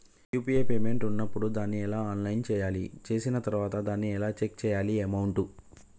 UPI payment ఉన్నప్పుడు దాన్ని ఎలా ఆన్ చేయాలి? చేసిన తర్వాత దాన్ని ఎలా చెక్ చేయాలి అమౌంట్?